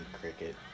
Cricket